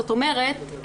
זאת אומרת,